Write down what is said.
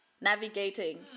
navigating